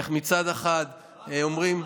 איך מצד אחד אומרים,